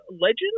Legend